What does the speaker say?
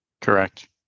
Correct